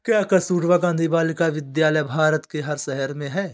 क्या कस्तूरबा गांधी बालिका विद्यालय भारत के हर शहर में है?